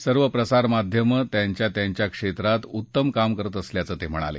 सर्व प्रसारमाध्यमं त्यांच्या त्यांच्या क्षेत्रात उत्तम काम करत असल्याचं ते म्हणाले